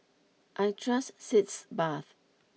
I trust sitz bath